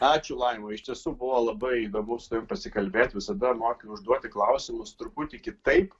ačiū laima iš tiesų buvo labai įdomu su tavim pasikalbėti visada moki užduoti klausimus truputį kitaip